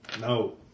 No